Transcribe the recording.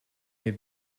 mir